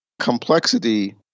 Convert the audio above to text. complexity